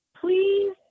please